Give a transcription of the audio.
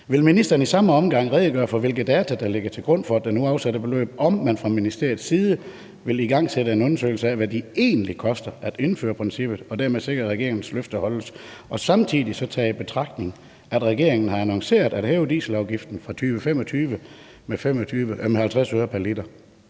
Vil ministeren i samme omgang redegøre for, hvilke data der ligger til grund for det nu afsatte beløb, og om man fra ministeriets side vil igangsætte en undersøgelse af, hvad det egentlig koster at indføre princippet, og dermed sikre, at regeringens løfte holdes, og samtidig tage i betragtning, at regeringen har annonceret, at man vil hæve dieselafgiften fra 2025 med 50 øre pr. liter?